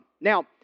Now